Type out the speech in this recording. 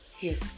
yes